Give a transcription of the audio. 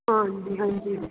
ਹਾਂਜੀ ਹਾਂਜੀ